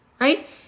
right